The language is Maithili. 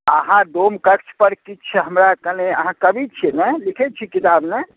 अहाँ डोमकच्छ पर किछु हमरा कने अहाँ कवि छियै ने अहाँ लिखै छी किताब ने